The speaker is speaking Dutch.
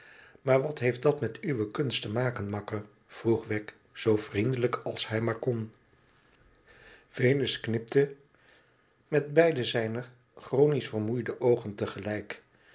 maar wat heeft dat met uwe kunst te maken makker vroeg wegg zoo vriendelijk als hij maar kon venus knipte met beide zijne chronisch vermoeide oogen